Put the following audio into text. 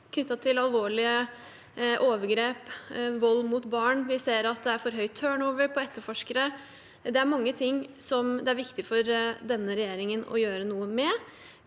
knyttet til alvorlige overgrep og vold mot barn. Vi ser at det er for høy turnover på etterforskere. Det er mange ting det er viktig for denne regjeringen å gjøre noe med.